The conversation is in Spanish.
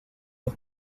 los